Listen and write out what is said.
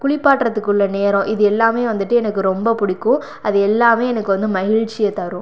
குளிப்பாட்டுறதுக்கு உள்ள நேரம் இது எல்லாமே வந்துட்டு எனக்கு ரொம்ப பிடிக்கும் அது எல்லாமே எனக்கு வந்து மகிழ்ச்சியை தரும்